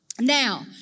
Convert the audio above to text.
Now